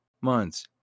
months